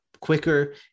quicker